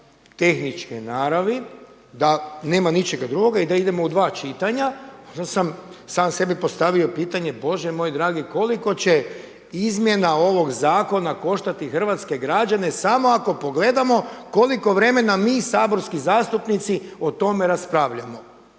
tehničke naravi da nema ničega drugoga i da idemo u dva čitanja, onda sam sam sebi postavio pitanje Bože moj dragi koliko će izmjena ovog zakona koštati hrvatske građane samo ako pogledamo koliko vremena mi saborski zastupnici o tome raspravljamo